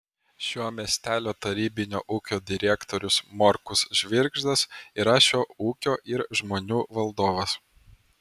šio miestelio tarybinio ūkio direktorius morkus žvirgždas yra šio ūkio ir žmonių valdovas